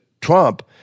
Trump